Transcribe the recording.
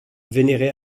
vénéré